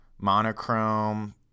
monochrome